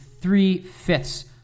three-fifths